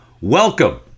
Welcome